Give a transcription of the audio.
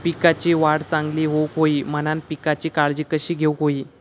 पिकाची वाढ चांगली होऊक होई म्हणान पिकाची काळजी कशी घेऊक होई?